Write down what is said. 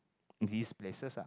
these places ah